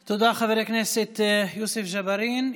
תודה, חבר הכנסת יוסף ג'בארין.